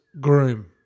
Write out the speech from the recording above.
groom